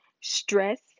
stress